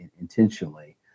intentionally